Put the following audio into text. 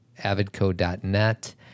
avidco.net